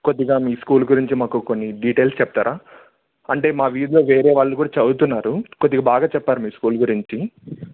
కొద్దిగా మీ స్కూల్ గురించి మాకు కొన్ని డీటెయిల్స్ చెప్తారా అంటే మా వీదిలో వేరే వాళ్ళు కూడా చదువుతున్నారు కొద్దిగా బాగా చెప్పారు మీ స్కూల్ గురించి